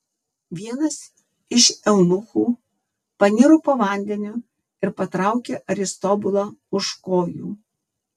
vienas iš eunuchų paniro po vandeniu ir patraukė aristobulą už kojų